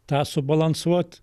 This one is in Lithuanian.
tą subalansuot